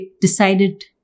decided